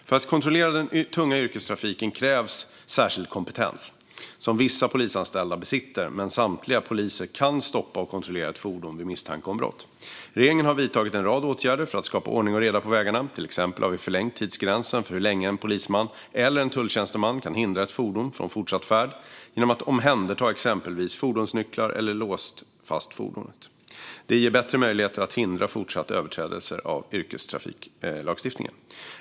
För att kontrollera den tunga yrkestrafiken krävs särskild kompetens, som vissa polisanställda besitter, men samtliga poliser kan stoppa och kontrollera ett fordon vid misstanke om brott. Regeringen har vidtagit en rad åtgärder för att skapa ordning och reda på vägarna. Till exempel har vi förlängt tidsgränsen för hur länge en polisman eller en tulltjänsteman kan hindra ett fordon från fortsatt färd genom att omhänderta exempelvis fordonsnycklar eller låsa fast fordonet. Det ger bättre möjligheter att hindra fortsatta överträdelser av yrkestrafiklagstiftningen.